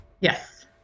Yes